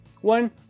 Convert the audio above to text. One